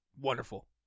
Wonderful